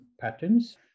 patterns